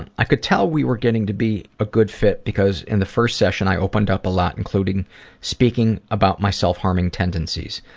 and i could tell we were getting to be a good fit because in the first session i opened up a lot including speaking about my self-harming tendencies.